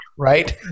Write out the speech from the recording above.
Right